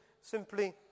simply